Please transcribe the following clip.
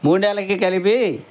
మూడు నెలలకి కలిపి